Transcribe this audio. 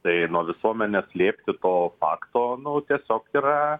tai nuo visuomenės slėpti to fakto nu tiesiog yra